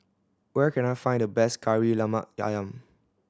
where can I find the best Kari Lemak Ayam